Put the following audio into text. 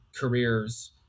careers